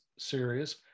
series